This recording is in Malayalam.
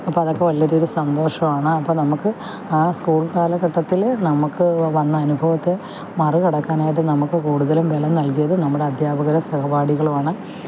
അപ്പം അതൊക്കെ വളരെയൊരു സന്തോഷവാണ് അപ്പം നമുക്ക് ആ സ്കൂള് കാലഘട്ടത്തില് നമുക്ക് വ വന്ന അനുഭവത്തെ മറികടക്കാനായിട്ട് നമുക്ക് കൂടുതലും ബലം നല്കിയത് നമ്മുടെ അദ്ധ്യാപകര് സഹപാഠികളുവാണ്